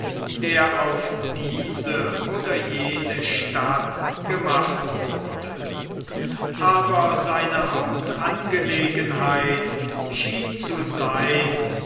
der auf diese oder jene stadt gemacht wurde aber seine hauptangelegenheit schien zu sein